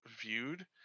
viewed